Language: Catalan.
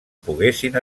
poguessin